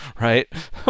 right